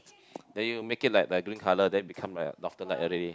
then you make it like like green colour then become like Northern-Light already